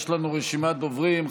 יש לנו רשימת דוברים.